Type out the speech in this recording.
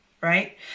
right